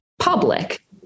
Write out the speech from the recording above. public